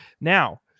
Now